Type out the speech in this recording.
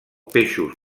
peixos